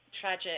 tragic